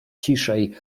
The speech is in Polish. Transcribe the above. ciszej